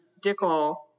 Dickel